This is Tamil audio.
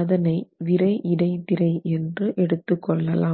அதனை விறை இடைத்திரை என்று எடுத்துக்கொள்ளலாம்